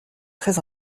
très